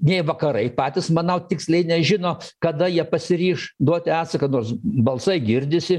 nei vakarai patys manau tiksliai nežino kada jie pasiryš duoti atsaką nors balsai girdisi